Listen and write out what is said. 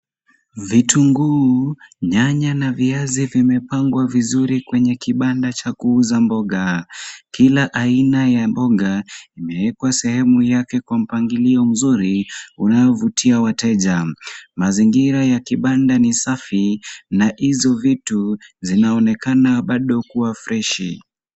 Vitunguu, nyanya na viazi zimepangwa vizuri kwenye kibanda cha kuuza mboga, kila aina ya mboga imewekwa sehemu yake kwa mpangilio mzuri, unaowavutia wateja, mazingira ya kibanda ni safi na hizo vitu zinaonekana bado kuwa freshi .